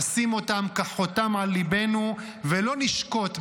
נשים אותם כחותם על ליבנו ולא נשקוט,